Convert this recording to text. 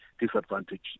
disadvantage